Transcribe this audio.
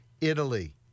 Italy